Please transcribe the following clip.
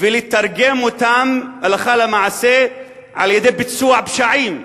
ולתרגם אותן הלכה למעשה על-ידי ביצוע פשעים.